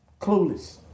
Clueless